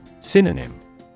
Synonym